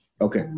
okay